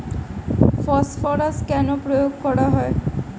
Phosphorus কেন প্রয়োগ করা হয়?